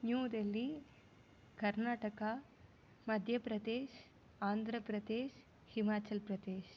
New Delhi Karnataka Madhya Pradesh Andhra Pradesh Himachal Pradesh